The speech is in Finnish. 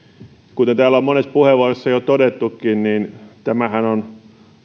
kuten täällä on monessa puheenvuorossa jo todettukin niin tämähän on